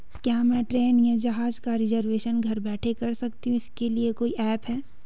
क्या मैं ट्रेन या जहाज़ का रिजर्वेशन घर बैठे कर सकती हूँ इसके लिए कोई ऐप है?